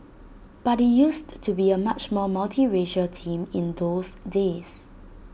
but IT used to be A much more multiracial team in those days